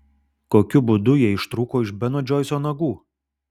kokiu būdu jie ištrūko iš beno džoiso nagų